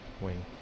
wing